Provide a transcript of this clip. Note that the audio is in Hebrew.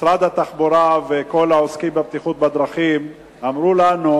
משרד התחבורה וכל העוסקים בבטיחות בדרכים אמרו לנו: